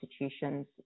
institutions